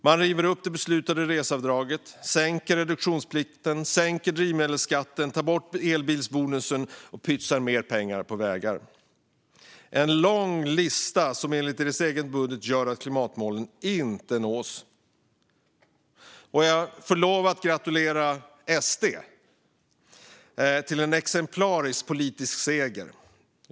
Man river upp det beslutade reseavdraget, sänker reduktionsplikten, sänker drivmedelsskatten, tar bort elbilsbonusen och pytsar ut mer pengar på vägar. Det är en lång lista som enligt regeringens egen budget gör att klimatmålen inte nås. Jag får lov att gratulera SD till en exemplarisk politisk seger.